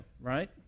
right